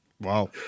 Wow